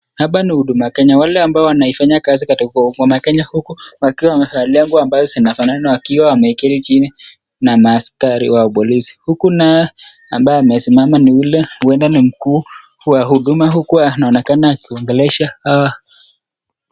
Hapa ni huduma kenya, wale ambao wanaifanya kazi katika hudukma kenya huku wakiwa wamevalia nguo ambao zinafanana , huku wakiwa wameketi chini na maaskari wao polisi, huku naye ambaye amesimama ni ule uenda ni mkuu wa huduma huku anaonekana akiongelesha hawa.